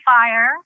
fire